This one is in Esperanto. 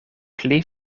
pli